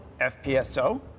FPSO